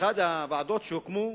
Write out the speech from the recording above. אחת הוועדות שהוקמו,